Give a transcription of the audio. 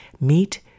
meet